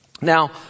Now